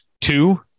two